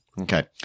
okay